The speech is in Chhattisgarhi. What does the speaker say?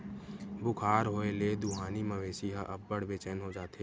बुखार होए ले दुहानी मवेशी ह अब्बड़ बेचैन हो जाथे